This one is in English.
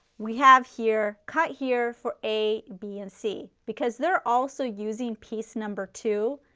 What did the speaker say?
we have here, cut here for a, b and c because they are also using piece number two.